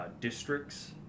districts